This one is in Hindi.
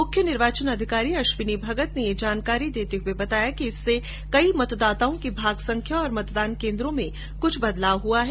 मुख्य निर्वाचन अधिकारी अश्विनी भगत ने ये जानकारी देते हुए बताया कि इससे कई मतदाताओं की भागसंख्या और मतदान केन्द्रों में कुछ बदलाव हआ है